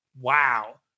Wow